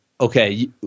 okay